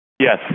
Yes